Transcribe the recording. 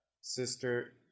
Sister